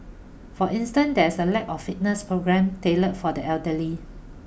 for instance there is a lack of fitness programmes tailored for the elderly